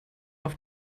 auf